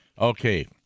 Okay